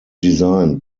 designed